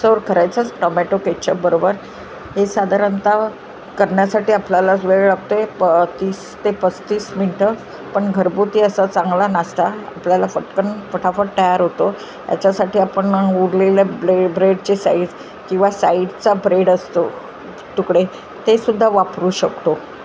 सर्व करायचंच टोमॅटो केचपबरोबर हे साधारणतः करण्यासाठी आपल्यालाच वेळ लागतो आहे प तीस ते पस्तीस मिनटं पण घरगुती असा चांगला नाश्ता आपल्याला पटकन फटाफट तयार होतो याच्यासाठी आपण उरलेले ब्ले ब्रेडचे साईड्स किंवा साईडचा ब्रेड असतो तुकडे ते सुद्धा वापरू शकतो